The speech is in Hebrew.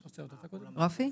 רפי.